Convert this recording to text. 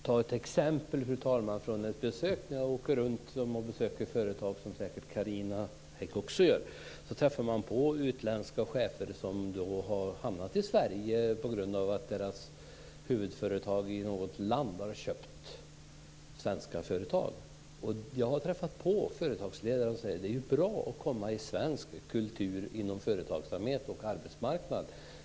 Fru talman! Jag kan ta ett exempel från när jag åker runt och besöker företag, något som säkert Carina Hägg också gör. Då träffar man på utländska chefer som säkert har hamnat i Sverige på grund av att deras huvudföretag i något land har köpt svenska företag. Jag har träffat på företagsledare som säger att det är bra att komma in i svensk kultur inom företagsamhet och arbetsmarknad.